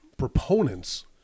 proponents